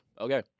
Okay